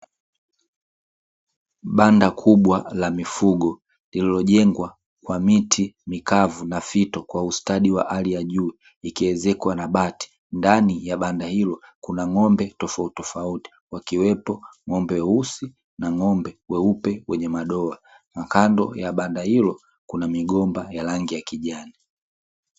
Banda kubwa la mifugo lililojengwa kwa miti mikavu na fito kwa ustadi wa halo ya juu ikiezekwa na bati, ndani ya banda hilo kuna ng'ombe tofauti tofauti wakiwepo ng'ombe weusi na ng'ombe weupe wenye madoa na kando ya banda hilo kuna migomba ya rangi ya kijani.